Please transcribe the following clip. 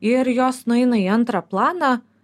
ir jos nueina į antrą planą